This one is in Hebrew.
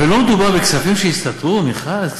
ולא מדובר בכספים שהסתתרו, מיכל.